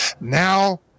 Now